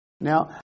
Now